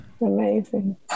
Amazing